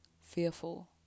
fearful